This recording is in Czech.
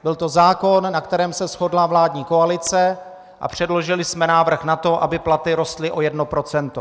Byl to zákon, na kterém se shodla vládní koalice, a předložili jsme návrh na to, aby platy rostly o 1 %.